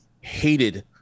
hated